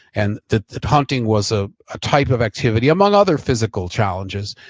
and that that hunting was a ah type of activity among other physical challenges,